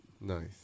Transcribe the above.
Nice